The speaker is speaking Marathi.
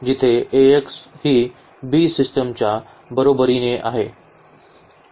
जिथे ही b सिस्टमच्या बरोबरीने आहे